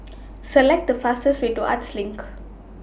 Select The fastest Way to Arts LINK